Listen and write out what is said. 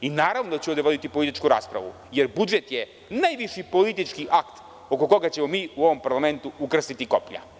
Naravno da ću ovde voditi i političku raspravu, jer budžet je najviši politički akt oko koga ćemo mi u ovom parlamentu ukrstiti koplja.